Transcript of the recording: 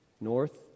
north